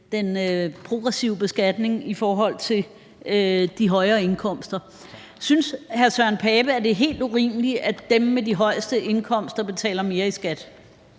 den progressive beskatning i forhold til de højere indkomster. Synes hr. Søren Pape Poulsen, at det er helt urimeligt, at dem med de højeste indkomster betaler mere i skat?